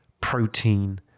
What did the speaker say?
protein